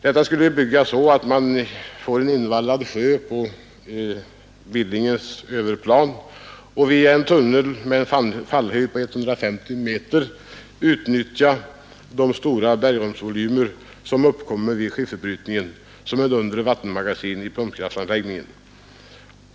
Detta skulle utbyggas så att man från en invallad sjö på Billingens överplan via en tunnel med en fallhöjd på 150 meter utnyttjade de stora bergrumsvolymer som uppkommer vid skifferbrytningen såsom undre vattenmagasin i pumpkraftanläggningen.